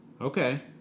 Okay